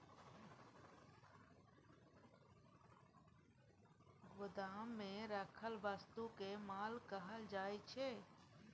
गोदाममे राखल वस्तुकेँ माल कहल जाइत छै